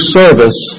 service